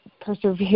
persevere